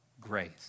grace